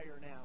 now